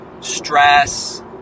Stress